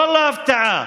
ואללה, הפתעה.